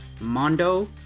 Mondo